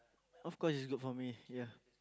of course is good for me ya